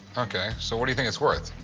ok. so what do you think it's worth?